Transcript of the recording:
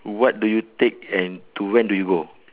what do you take and to when do you go